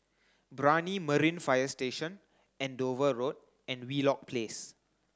Brani Marine Fire Station Andover Road and Wheelock Place